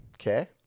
Okay